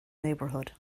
neighbourhood